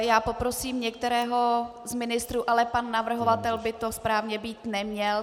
Já poprosím některého z ministrů, ale pan navrhovatel by to správně být neměl.